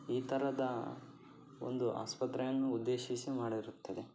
ಈ ಥರದ ಒಂದು ಆಸ್ಪತ್ರೆಯನ್ನು ಉದ್ದೇಶಿಸಿ ಮಾಡಿರುತ್ತದೆ